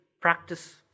practice